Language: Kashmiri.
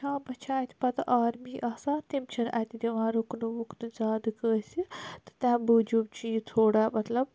شامَس چھ اَتہِ پَتہ آرمی آسان تِم چھِنہٕ اَتہِ دِوان رُکنہ وُکنہ زیادٕ کٲنٛسہِ تہٕ تَمہِ موجوب چھِ یہِ تھوڑا مَطلَب